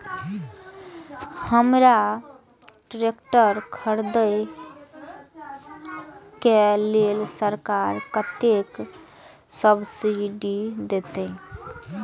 हमरा ट्रैक्टर खरदे के लेल सरकार कतेक सब्सीडी देते?